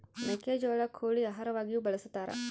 ಮೆಕ್ಕೆಜೋಳ ಕೋಳಿ ಆಹಾರವಾಗಿಯೂ ಬಳಸತಾರ